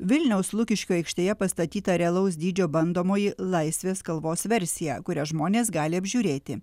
vilniaus lukiškių aikštėje pastatyta realaus dydžio bandomoji laisvės kalvos versija kurią žmonės gali apžiūrėti